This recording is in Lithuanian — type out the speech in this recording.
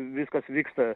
viskas vyksta